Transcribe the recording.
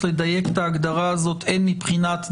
לדייק את ההגדרה הזאת הן מבחינת דרגה,